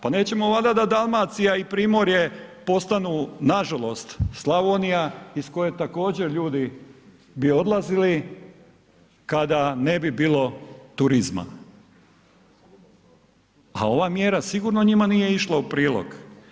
Pa nećemo valjda da Dalmacija i Primorje postanu nažalost Slavonija iz koje također ljudi bi odlazili kada ne bi bilo turizma a ova mjera sigurno njima nije išla u prilog.